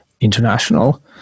international